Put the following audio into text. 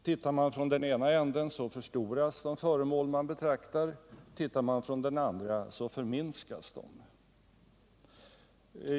Tittar man från den ena änden så förstoras de föremål man betraktar, tittar man från den andra så förminskas de.